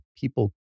people